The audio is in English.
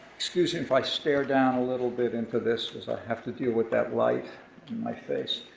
excuse me if i stare down a little bit and for this, cause i have to deal with that light in my face.